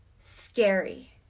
scary